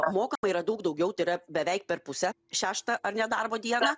mokama yra daug daugiau tai yra beveik per pusę šeštą ar ne darbo dieną